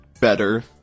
better